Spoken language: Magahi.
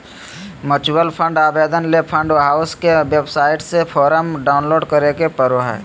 म्यूचुअल फंड आवेदन ले फंड हाउस के वेबसाइट से फोरम डाऊनलोड करें परो हय